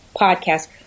podcast